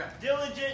diligent